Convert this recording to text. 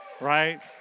right